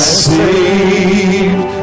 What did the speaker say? saved